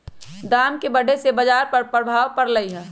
दाम बढ़े से बाजार पर प्रभाव परलई ह